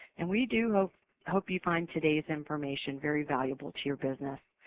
and we do hope you find todayis information very valuable to your business.